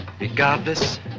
regardless